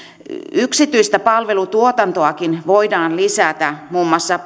yksityistä palvelutuotantoakin voidaan lisätä muun muassa